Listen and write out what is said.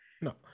No